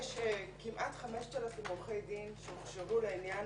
יש כמעט 5,000 עורכי דין שהוכשרו לעניין